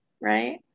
right